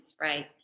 Right